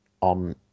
on